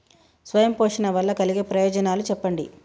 స్వయం పోషణ వల్ల కలిగే ప్రయోజనాలు చెప్పండి?